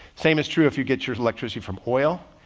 same is true if you get your electricity from oil.